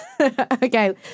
Okay